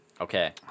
Okay